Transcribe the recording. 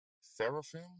Seraphim